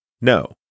No